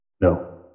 No